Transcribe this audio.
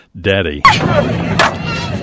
Daddy